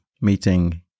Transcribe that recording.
meeting